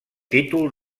títol